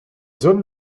zones